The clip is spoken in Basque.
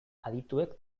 adituek